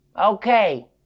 Okay